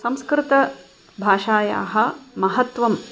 संस्कृतभाषायाः महत्वम्